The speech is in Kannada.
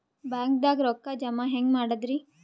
ಬ್ಯಾಂಕ್ದಾಗ ರೊಕ್ಕ ಜಮ ಹೆಂಗ್ ಮಾಡದ್ರಿ?